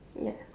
ya